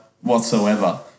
whatsoever